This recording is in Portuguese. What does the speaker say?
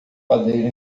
padeiro